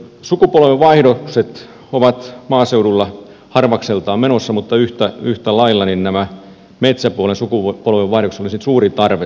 sukupolvenvaihdokset ovat maaseudulla harvakseltaan menossa mutta yhtä lailla näihin metsäpuolen sukupolvenvaihdoksiin olisi suuri tarve